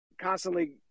constantly